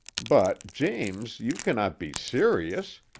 but, james, you cannot be serious!